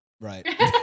Right